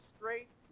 Straight